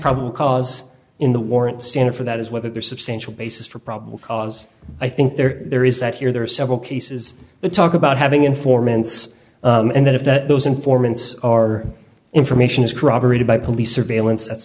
probable cause in the warrant standard for that is whether there's substantial basis for probable cause i think there there is that here there are several cases to talk about having informants and then if that those informants are information is corroborated by police surveillance